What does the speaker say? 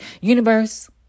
Universe